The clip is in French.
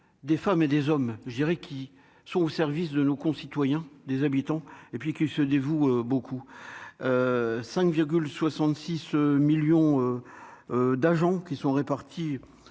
des femmes et des hommes, je dirais qu'ils sont au service de nos concitoyens, des habitants et puis qui se dévouent beaucoup 5 66 millions d'agents qui sont répartis